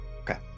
Okay